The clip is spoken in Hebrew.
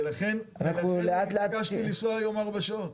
אנחנו לאט לאט --- ולכן אני התעקשתי לנסוע היום ארבע שעות.